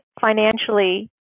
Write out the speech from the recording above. financially